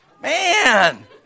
man